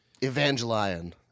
Evangelion